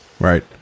Right